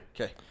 Okay